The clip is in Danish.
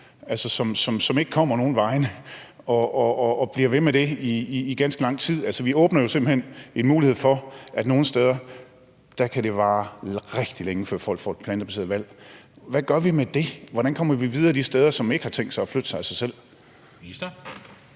som ikke kommer nogen vegne og bliver ved med det i ganske lang tid. Altså, vi åbner jo simpelt hen en mulighed for, at det nogle steder kan vare rigtig længe, før folk får et plantebaseret valg. Hvad gør vi med det? Hvordan kommer vi videre de steder, som ikke har tænkt sig at flytte sig af sig selv?